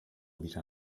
wieder